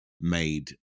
made